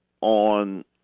on